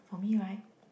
for me right